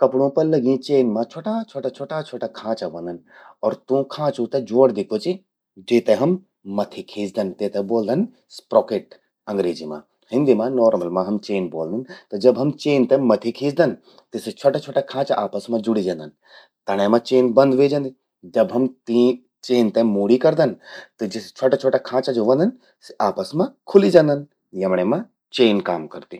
कपड़ों पर लग्यीं चेन मां छ्वटा-छ्वटा छ्वटा-छ्वटा खांचा व्हंदन अर तूं खांचूं ते ज्वो ज्वोड़दि क्वो चि? जेते हम मथि खीचदन। तेते ब्वोल्दन स्प्रोकेट, अंग्रेजी मां। हिंदी मां, नॉर्मल मां हम चेन ब्वोलदन। त जब हम चेन ते मथि खींचदन, त सि छ्वोटा छ्वोटा खांचा आपस मां जुड़ी जंदन। तणें मां चेन बंद ह्वे जंदि। जब हम तीं चेन ते मूड़ी करदन, त ज्वो सि छ्वटा छ्वटा खांचा व्हंदन, सि आपस मां खुलि जंदन। यमण्ये मां चेन काम करदि।